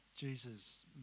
Jesus